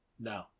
No